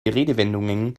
redewendungen